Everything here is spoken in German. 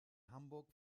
hamburg